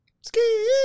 Ski